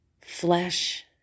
flesh